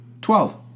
Twelve